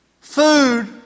food